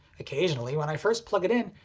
occasionally when i first plug it in,